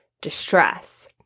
distress